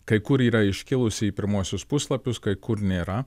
kai kur yra iškilusi į pirmuosius puslapius kai kur nėra